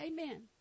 Amen